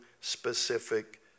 specific